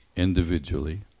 Individually